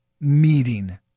meeting